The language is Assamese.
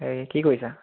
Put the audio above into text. এই কি কৰিছা